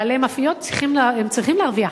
בעלי מאפיות צריכים להרוויח.